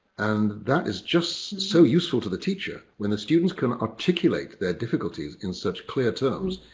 and that is just so useful to the teacher. when the students can articulate their difficulties in such clear terms.